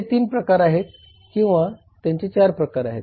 पहिले 3 प्रकार आहेत किंवा त्यांचे 4 प्रकार आहेत